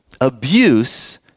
Abuse